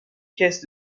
caisse